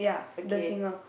okay